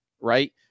right